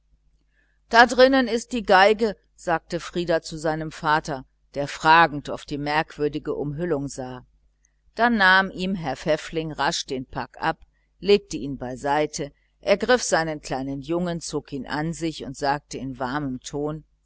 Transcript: da drinnen ist die violine sagte frieder zu seinem vater der fragend auf die merkwürdige umhüllung sah da nahm ihm herr pfäffling rasch den pack ab legte ihn beiseite ergriff seinen kleinen jungen zog ihn an sich und sagte in warmem ton